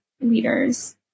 leaders